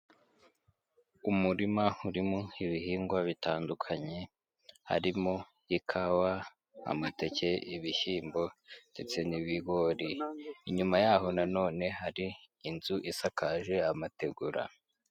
Umurima urimo ibihingwa bitandukanye, harimo ikawa, amateke, ibishyimbo ndetse n'ibigori, inyuma yaho na none hari inzu isakaje amategura.